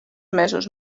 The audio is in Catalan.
mesos